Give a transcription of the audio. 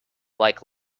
like